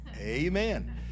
Amen